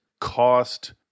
cost